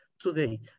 today